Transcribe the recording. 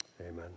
Amen